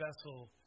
vessel